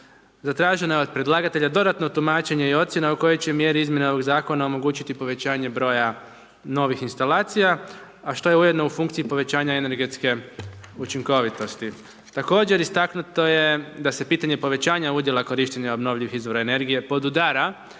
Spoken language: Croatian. Zatraženo je od predlagatelja dodatno tumačenje i ocjena u kojoj će mjeri izmjena ovog zakona omogućiti broja n ovih instalacija, a što je ujedno u funkciji energetske učinkovitosti. Također istaknuto je da se pitanje povećanja udjela korištenja obnovljivih izvora energije podudara